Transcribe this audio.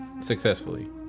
successfully